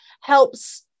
helps